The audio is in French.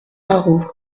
arreau